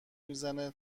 میزنه